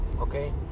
okay